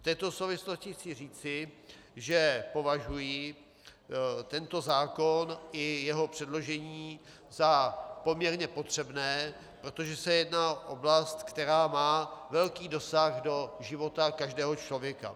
V této souvislosti chci říci, že považuji tento zákon i jeho předložení za poměrně potřebné, protože se jedná o oblast, která má velký dosah do života každého člověka.